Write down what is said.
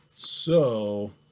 so